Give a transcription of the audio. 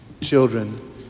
children